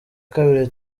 kabiri